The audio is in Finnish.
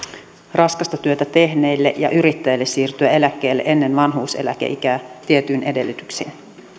raskasta työtä tehneille ja yrittäjille siirtyä eläkkeelle ennen vanhuuseläkeikää tietyin edellytyksin